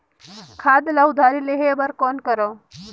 खाद ल उधारी लेहे बर कौन करव?